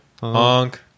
Honk